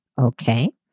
Okay